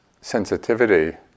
sensitivity